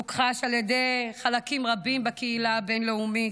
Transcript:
הוכחש על ידי חלקים רבים בקהילה הבין-לאומית,